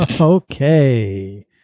Okay